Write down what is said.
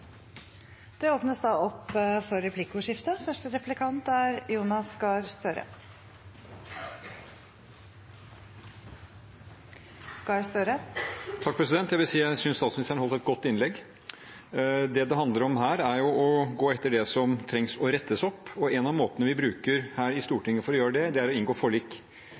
Det blir replikkordskifte. Jeg vil si jeg synes statsministeren holdt et godt innlegg. Det det handler om her, er å gå etter det som trengs å rettes opp. En av måtene vi bruker her i Stortinget for å gjøre det, er å inngå forlik.